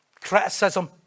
criticism